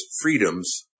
freedoms